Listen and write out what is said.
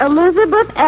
Elizabeth